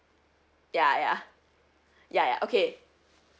ya ya ya ya okay